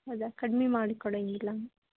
ಹೌದಾ ಕಡ್ಮೆ ಮಾಡಿ ಕೊಡಂಗಿಲ್ಲಾ